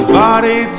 body